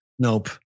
nope